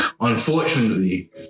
Unfortunately